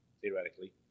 theoretically